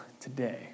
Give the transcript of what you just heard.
today